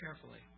carefully